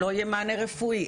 לא יהיה מענה רפואי.